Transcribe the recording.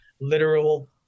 literal